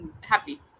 happy